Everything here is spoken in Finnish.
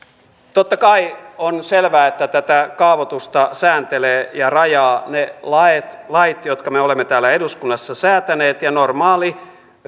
totta kai on selvää että tätä kaavoitusta sääntelevät ja rajaavat ne lait lait jotka me me olemme täällä eduskunnassa säätäneet ja normaali